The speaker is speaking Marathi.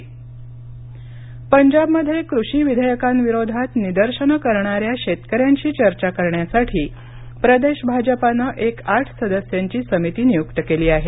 पंजाब भाजपा पंजाबमध्ये कृषी विधेयकांविरोधात निदर्शनं करणाऱ्या शेतकऱ्यांशी चर्चा करण्यासाठी प्रदेश भाजपानं एक आठ सदस्यांची समिती नियुक्त केली आहे